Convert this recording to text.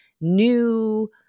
new